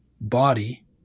body